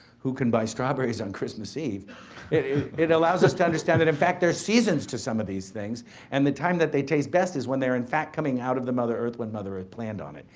who can buy strawberries on christmas eve it it allows us to understand that, in fact, there's seasons to some of these things and the time that they taste best is when they're in fact coming out of the mother earth when mother earth planned on it,